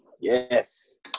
yes